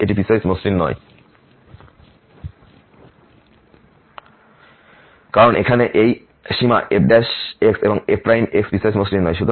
কিন্তু এটি পিসওয়াইস মসৃণ নয় কারণ এখানে এই সীমা f f পিসওয়াইস মসৃণ নয়